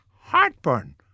heartburn